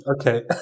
Okay